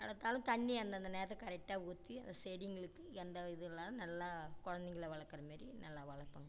வளர்த்தாலும் தண்ணி அந்தந்த நேரம் கரெக்டாக ஊற்றி அந்த செடிங்களுக்கு எந்த இதுவும் இல்லாது நல்லா குழந்தைங்கள வளர்க்குற மாதிரி நல்லா வளர்ப்போங்க